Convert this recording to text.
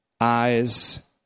eyes